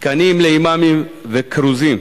1. תקנים לאימאמים וכרוזים,